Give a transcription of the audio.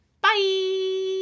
Bye